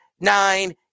nine